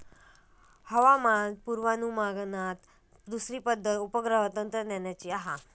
हवामान पुर्वानुमानात दुसरी पद्धत उपग्रह तंत्रज्ञानाची हा